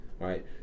right